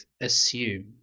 assume